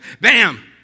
bam